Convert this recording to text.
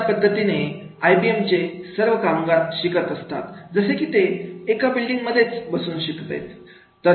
अशा पद्धतीने आयपीएलचे सर्व कामगार शिकत असतात जसे की ते एका बिल्डिंग मध्ये बसून शिकतात आहेत